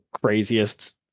craziest